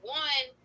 one